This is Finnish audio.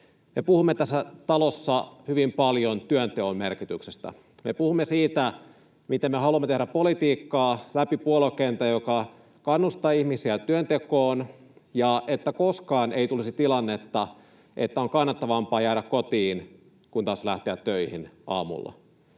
puhumme tässä talossa hyvin paljon työnteon merkityksestä, me puhumme siitä, miten me haluamme, läpi puoluekentän, tehdä politiikkaa, joka kannustaa ihmisiä työntekoon, ja haluamme, että koskaan ei tulisi tilannetta, että on kannattavampaa jäädä kotiin kuin lähteä töihin aamulla.